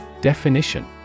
Definition